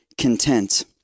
content